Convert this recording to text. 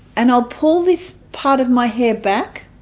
and i'll pull this part of my hair back